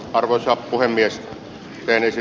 arvoisa puhemies kehaisi